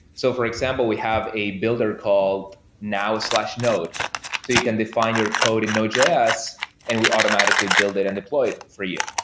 so for example, we have a builder called now node. so you can define your code in node js and we automatically build it and deploy it for you.